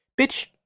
Bitch